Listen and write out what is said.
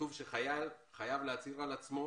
כתוב שחייל חייב להצהיר על עצמו